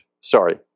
Sorry